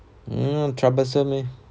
mm troublesome eh